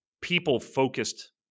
people-focused